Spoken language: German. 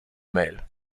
mail